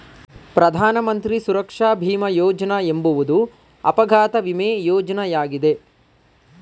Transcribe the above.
ಪ್ರಧಾನ ಮಂತ್ರಿ ಸುರಕ್ಷಾ ಭೀಮ ಯೋಜ್ನ ಎಂಬುವುದು ಅಪಘಾತ ವಿಮೆ ಯೋಜ್ನಯಾಗಿದೆ